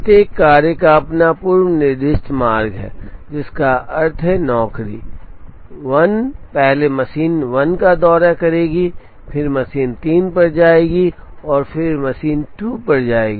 प्रत्येक कार्य का अपना पूर्व निर्दिष्ट मार्ग है जिसका अर्थ है नौकरी 1 पहले मशीन 1 का दौरा करेगी फिर मशीन 3 पर जाएगी और फिर मशीन 2 पर जाएगी